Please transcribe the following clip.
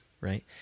right